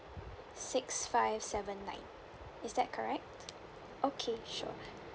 six five seven nine is that correct okay sure